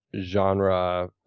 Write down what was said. genre